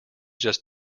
just